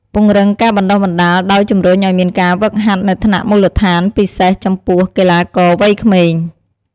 ពង្រឹងការបណ្ដុះបណ្ដាល ដោយជំរុញឲ្យមានការហ្វឹកហាត់នៅថ្នាក់មូលដ្ឋាន ពិសេសចំពោះកីឡាករវ័យក្មេង។